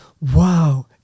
wow